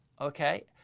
Okay